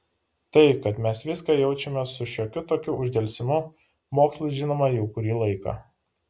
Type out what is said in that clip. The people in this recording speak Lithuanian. tai kad mes viską jaučiame su šiokiu tokiu uždelsimu mokslui žinoma jau kurį laiką